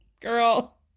Girl